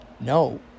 no